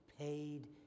paid